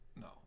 No